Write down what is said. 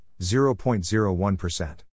0.01%